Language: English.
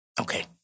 Okay